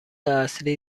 اصلی